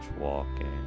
walking